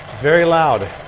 very loud.